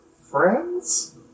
friends